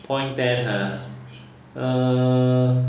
point ten ha a'ah